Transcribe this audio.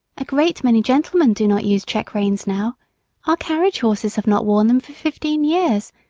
a great many gentlemen do not use check-reins now our carriage horses have not worn them for fifteen years,